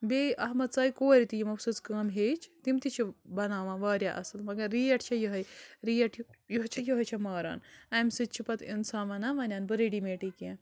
بیٚیہِ اَتھ منٛز ژایہِ کورِ تہِ یِمو سٕژٕ کٲم ہیٚچھ تِم تہِ چھِ بَناوان وارِیاہ اَصٕل مگر ریٹ چھےٚ ہِہٲے ریٹ یِہٲے یِہٲے چھِ ماران اَمہِ سۭتۍ چھِ پتہٕ اِنسان وَنان وَنہِ اَنہٕ بہٕ ریٚڈی میٹٕے کیٚنٛہہ